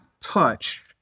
touch